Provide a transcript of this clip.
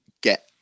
get